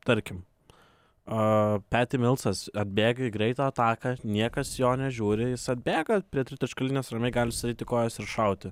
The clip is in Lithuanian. tarkim a peti milsas atbėga į greitą ataką niekas jo nežiūri jis atbėga prie tritaškio linijos ramiai gali sudėti kojas ir šauti